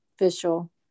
official